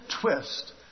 twist